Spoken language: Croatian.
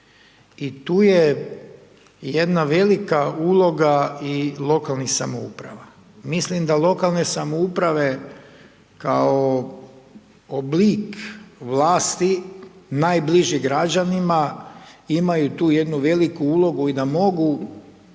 i tu je jedna velika uloga i lokalnih samouprava. Mislim da lokalne samouprave kao oblik vlasti najbliži građanima imaju tu jednu veliku ulogu i da mogu